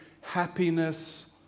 happiness